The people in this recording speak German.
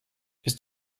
ist